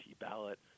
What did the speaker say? ballot